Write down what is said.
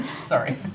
Sorry